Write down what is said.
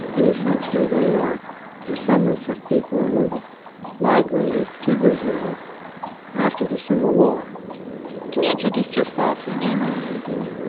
and essentially, they are descendants of people who migrated to brazil after the civil war can you introduce yourself your name and what do you do?